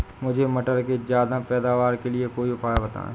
मुझे मटर के ज्यादा पैदावार के लिए कोई उपाय बताए?